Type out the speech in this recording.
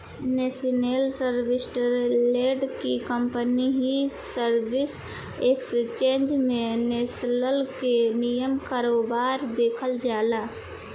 Nestle Switzerland के company हिय Swiss exchange में नेस्ले के निमन कारोबार देखल जाला